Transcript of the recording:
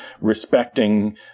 respecting